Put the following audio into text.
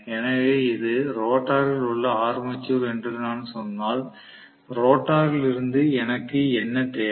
எனவே இது ரோட்டரில் உள்ள ஆர்மேச்சர் என்று நான் சொன்னால் ரோட்டரிலிருந்து எனக்கு என்ன தேவை